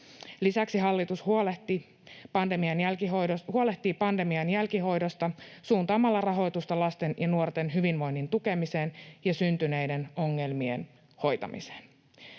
Lisäksi hallitus huolehtii pandemian jälkihoidosta suuntaamalla rahoitusta lasten ja nuorten hyvinvoinnin tukemiseen ja syntyneiden ongelmien hoitamiseen.